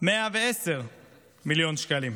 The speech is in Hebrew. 110 מיליון שקלים.